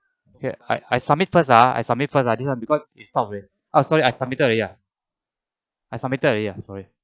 ya I I submit first ah I submit first ah this [one] because it's stop sorry I submited already ah I submited already ah sorry